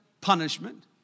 punishment